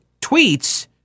tweets